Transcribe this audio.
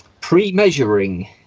pre-measuring